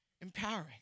empowering